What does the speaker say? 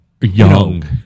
young